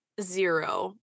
Zero